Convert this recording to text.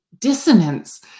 dissonance